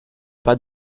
pas